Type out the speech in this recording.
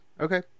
Okay